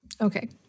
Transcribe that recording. okay